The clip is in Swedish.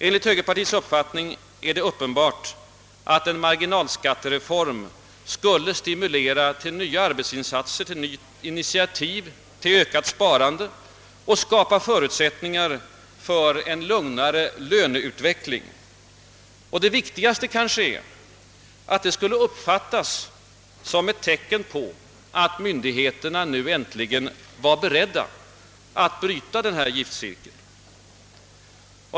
Enligt högerpartiets uppfattning är det uppenbart att en marginalskattereform skulle stimulera till nya arbetsinsatser, till nya initiativ, till ökat sparande och skapa förutsättningar för en lugnare löneutveckling. Det viktigaste kanske är att den skulle uppfattas som ett tecken på att myndigheterna nu äntligen var beredda att bryta giftcirkeln.